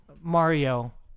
Mario